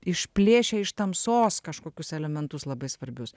išplėšia iš tamsos kažkokius elementus labai svarbius